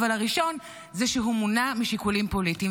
אבל הראשון זה שהוא מונע משיקולים פוליטיים.